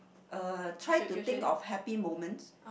uh try to think of happy moments